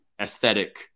aesthetic